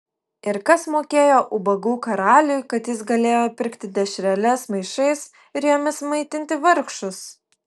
ir kas mokėjo ubagų karaliui kad jis galėjo pirkti dešreles maišais ir jomis maitinti vargšus